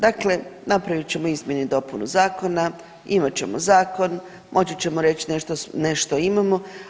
Dakle, napravit ćemo izmjene i dopunu zakona, imat ćemo zakon, moći ćemo reći nešto imamo.